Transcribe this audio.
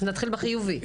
נתחיל בחיובי?